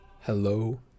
Hello